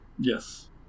yes